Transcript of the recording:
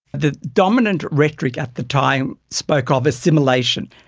the dominant rhetoric at the time spoke of assimilation,